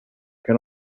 can